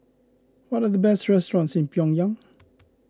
what are the best restaurants in Pyongyang